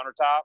countertop